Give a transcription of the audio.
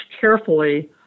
carefully